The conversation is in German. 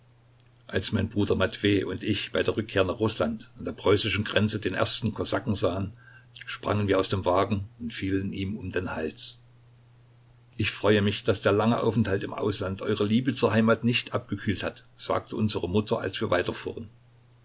als mein bruder matwej und ich bei der rückkehr nach rußland an der preußischen grenze den ersten kosaken sahen sprangen wir aus dem wagen und fielen ihm um den hals ich freue mich daß der lange aufenthalt im ausland eure liebe zur heimat nicht abgekühlt hat sagte unsere mutter als wir weiterfuhren